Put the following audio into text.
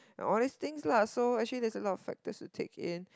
all these things lah so actually there is a lot of factors to take in